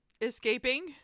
escaping